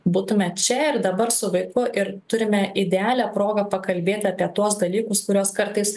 būtume čia ir dabar su vaiku ir turime idealią progą pakalbėti apie tuos dalykus kuriuos kartais